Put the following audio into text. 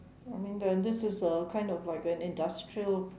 I mean the this is a kind of like an industrial